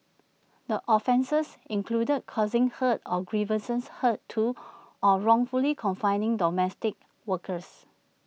the offences included causing hurt or grievous hurt to or wrongfully confining domestic workers